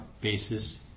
basis